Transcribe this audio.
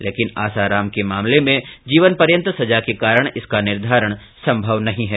लेकिन आसाराम के मामले में जीवनपर्यंत सजा के कारण इसका निर्धारण संभव नहीं है